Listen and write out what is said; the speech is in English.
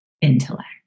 intellect